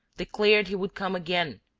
declared he would come again.